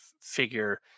figure